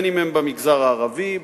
אם במגזר הערבי,